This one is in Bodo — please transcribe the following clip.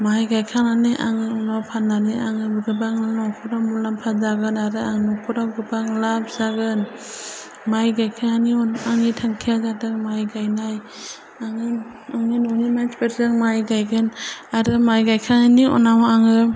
माइ गायखांनानै आङो उनाव फाननानै आङो गोबां न'फ्राव मुलाम्फा जागोन आरो आं नखराव गोबां लाभ जागोन माइ गायखांनायनि उन आंनि थांखिया जादों माइ गायनाय आङो आंनि न'नि मानसिफोरजों माइ गायगोन आरो माइ गायखांनायनि उनाव आङो